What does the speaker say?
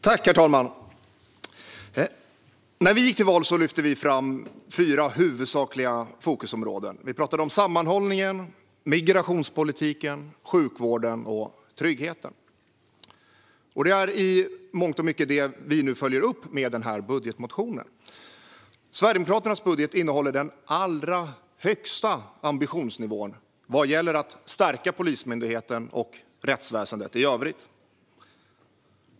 Herr talman! När vi gick till val lyfte vi fram fyra huvudsakliga fokusområden: sammanhållningen, migrationspolitiken, sjukvården och tryggheten. Det är i mångt och mycket det vi nu följer upp med vår budgetmotion. Sverigedemokraternas budget innehåller den allra högsta ambitionsnivån vad gäller att stärka Polismyndigheten och rättsväsendet i övrigt.